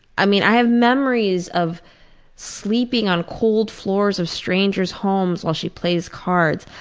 i mean i have memories of sleeping on cold floors of strangers homes while she plays cards,